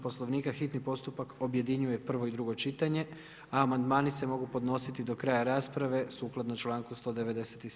Poslovnika, hitni postupak objedinjuje prvo i drugo čitanje a amandmani se mogu podnositi do kraja rasprave sukladno članku 197.